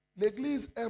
L'église